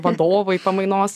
vadovai pamainos